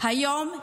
נכון להיום,